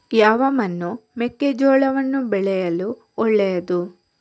ಯಾವ ಮಣ್ಣು ಮೆಕ್ಕೆಜೋಳವನ್ನು ಬೆಳೆಯಲು ಒಳ್ಳೆಯದು?